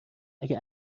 اگه